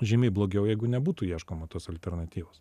žymiai blogiau jeigu nebūtų ieškoma tos alternatyvos